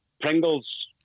Pringles